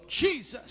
Jesus